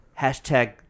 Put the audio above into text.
Hashtag